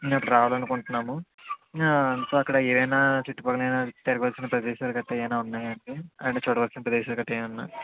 మేము అటు రావాలనుకుంటున్నాము అంటే అక్కడ ఏమన్నా చుట్టుపక్కల ఏమన్నా తిరగవలసిన ప్రదేశాలు గట్టా ఏమైనా ఉన్నాయా అండి అంటే చూడవలసిన ప్రదేశాలు గట్టా ఏమన్నా